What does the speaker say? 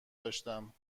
داشتم